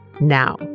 now